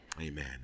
Amen